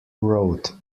wrote